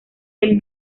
del